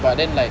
but then like